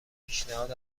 پیشنهاد